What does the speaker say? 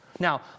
Now